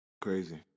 Crazy